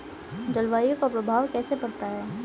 जलवायु का प्रभाव कैसे पड़ता है?